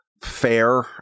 fair